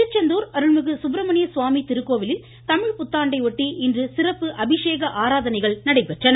திருச்செந்தூர் அருள்மிகு சுப்ரமண்யசுவாமி திருக்கோவிலில் தமிழ் புத்தாண்டையொட்டி இன்று சிறப்பு அபிஷேக ஆராதனைகள் நடைபெற்றன